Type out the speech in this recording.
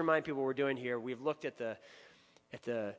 remind people we're doing here we've looked at the at the